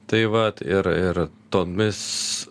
taip vat ir ir tomis